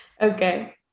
okay